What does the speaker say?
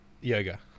Yoga